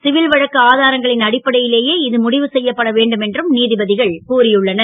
civil வழக்கு ஆதாரங்களின் அடிப்படை லேயே இது முடிவு செ யப்பட வேண்டும் என்றும் நீ ப கள் கூறியுள்ளனர்